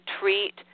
treat